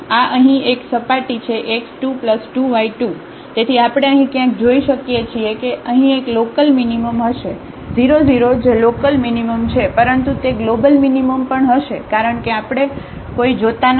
તેથી આ અહીં એક સપાટી છે x2 2y2 તેથી આપણે અહીં ક્યાંક જોઈ શકીએ છીએ કે અહીં એક લોકલમીનીમમ હશે 00 જે લોકલમીનીમમ છે પરંતુ તે ગ્લોબલ મીનીમમ પણ હશે કારણ કે આપણે કોઈ જોતા નથી